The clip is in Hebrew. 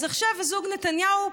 אז עכשיו הזוג נתניהו,